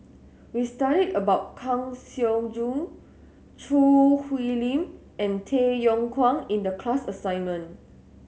we studied about Kang Siong Joo Choo Hwee Lim and Tay Yong Kwang in the class assignment